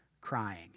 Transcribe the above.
crying